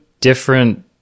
different